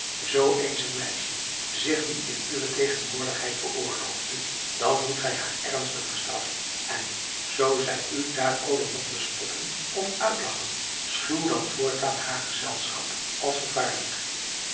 zoo eens een meisje zich die in uwe tegenwoordigheid veroorloofde dan moet gij haar ernstig bestraffen en zoo zij u daarover mogt bespotten of uitlagchen schuw dan voortaan haar gezelschap als gevaarlijk